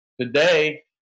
Today